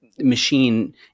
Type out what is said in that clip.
machine